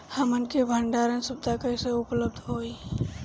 हमन के भंडारण सुविधा कइसे उपलब्ध होई?